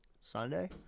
Sunday